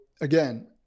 again